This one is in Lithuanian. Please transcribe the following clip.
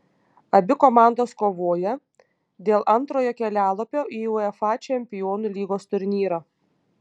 abi komandos kovoja dėl antrojo kelialapio į uefa čempionų lygos turnyrą